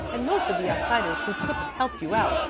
and most of the outsiders who could have helped you out,